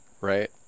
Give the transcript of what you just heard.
Right